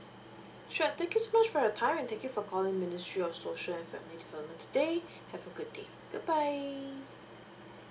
sure thank you so much for your time and thank you for calling ministry of social and family development today have a good day goodbye